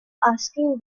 asking